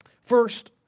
First